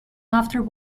after